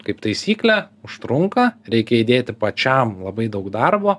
kaip taisyklė užtrunka reikia įdėti pačiam labai daug darbo